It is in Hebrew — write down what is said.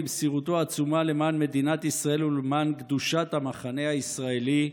במסירותו העצומה למדינת ישראל ולקדושת המחנה הישראלי,